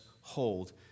hold